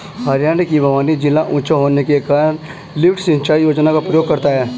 हरियाणा का भिवानी जिला ऊंचा होने के कारण लिफ्ट सिंचाई योजना का प्रयोग करता है